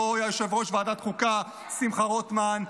לא יושב-ראש ועדת חוקה שמחה רוטמן.